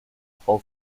frau